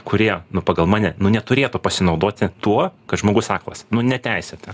kurie nu pagal mane nu neturėtų pasinaudoti tuo kad žmogus aklas nuo neteisėta